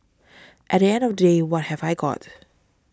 at the end of the day what have I got